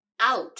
out